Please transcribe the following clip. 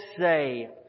say